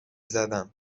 زدم